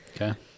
Okay